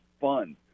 fun